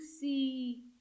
see